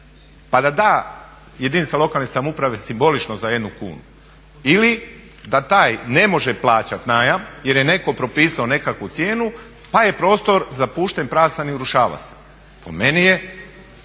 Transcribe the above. pa da da jedinicama lokalne samouprave simbolično za 1 kunu ili da taj ne može plaćat najam jer je netko propisao nekakvu cijenu pa je prostor zapušten, prazan i urušava se. Meni je